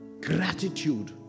gratitude